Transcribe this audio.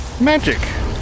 Magic